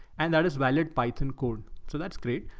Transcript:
and that is valid python code. so that's great.